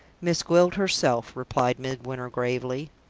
miss gwilt herself, replied midwinter, gravely.